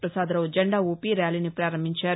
పసాద రావు జెండాఊపి ర్యాలీని ప్రారంభించారు